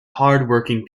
hardworking